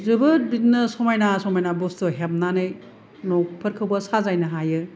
जोबोद बिदिनो समायना समायना बुस्तु हेबनानै न'फोरखौबो साजायनो हायो